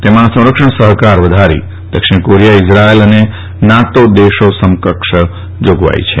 તેમાં સંરક્ષણ સહકાર વધારી દક્ષિણ કોરિયા ઇઝરાયેલ અને નાટો દેશો સમકક્ષ જોગવાઇ છે